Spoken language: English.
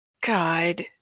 God